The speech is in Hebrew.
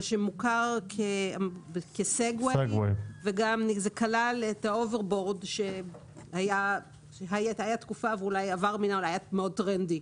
מה שמוכר בסגווי וכלל את ה-אובר בורד שהיה מאוד טרנדי.